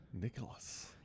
Nicholas